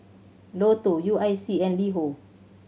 Lotto U I C and LiHo